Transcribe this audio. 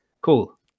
cool